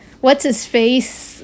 What's-his-face